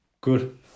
good